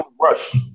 rush